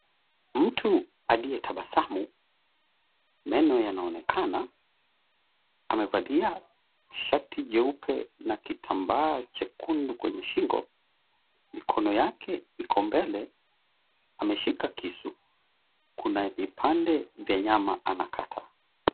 Mtu aliyetabasamu, meno yanaonekana amevalia shati jeupe na kitambaa chekundu kwenye shingo, mikono yake iko mbele. Ameshika kisu kuna vipande vya nyama anakata.